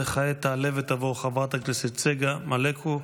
וכעת תעלה ותבוא חברת הכנסת צגה מלקו.